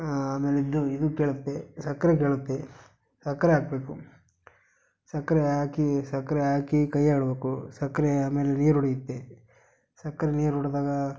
ಆಮೇಲೆ ಇದು ಇದು ಕೇಳುತ್ತೆ ಸಕ್ಕರೆ ಕೇಳುತ್ತೆ ಸಕ್ಕರೆ ಹಾಕಬೇಕು ಸಕ್ಕರೆ ಹಾಕಿ ಸಕ್ಕರೆ ಹಾಕಿ ಕೈ ಆಡಬೇಕು ಸಕ್ಕರೆ ಆಮೇಲೆ ನೀರು ಒಡೆಯುತ್ತೆ ಸಕ್ಕರೆ ನೀರು ಒಡೆದಾಗ